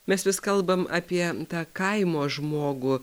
mes vis kalbam apie tą kaimo žmogų